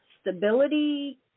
stability